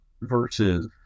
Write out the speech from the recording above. versus